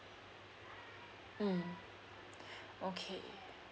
mm okay